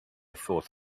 thought